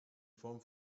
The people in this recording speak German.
form